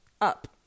up